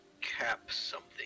Cap-something